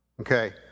Okay